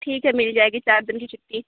ٹھیک ہے مل جائے گی چار دن کی چھٹی